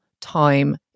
time